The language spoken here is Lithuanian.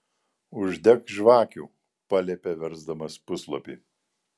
uždek žvakių paliepė versdamas puslapį